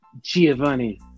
Giovanni